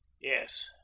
Yes